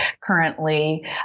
currently